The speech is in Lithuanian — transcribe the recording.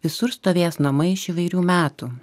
visur stovės namai iš įvairių metų